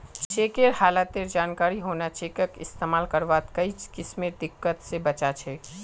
चेकेर हालतेर जानकारी होना चेकक इस्तेमाल करवात कोई किस्मेर दिक्कत से बचा छे